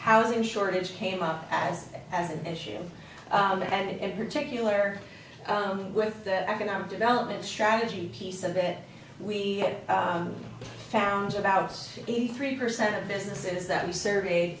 housing shortage came up as an issue and particular with the economic development strategy piece of it we found about eighty three percent of businesses that we survey